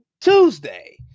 Tuesday